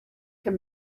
can